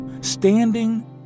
standing